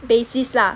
bassist lah